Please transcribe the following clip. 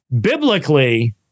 Biblically